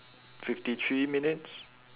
fifty three minutes